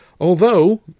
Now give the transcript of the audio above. Although